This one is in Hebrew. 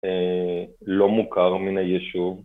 לא מוכר מן היישוב